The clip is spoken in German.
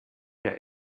der